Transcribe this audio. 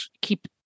keep